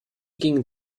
gingen